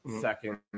second